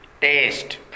taste